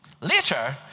Later